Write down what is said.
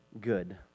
good